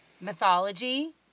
mythology